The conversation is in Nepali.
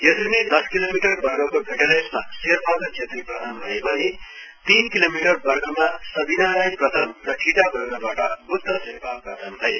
यसरी नै दश किलोमिटर वर्गको भेटरेन्समा सेर बहाद्र छेत्री प्रथम भए भने तीन किलोमिटर वर्गमा सविना राई प्रथम र ठिटा वर्गबाट ब्द्ध शेर्पा प्रथम भए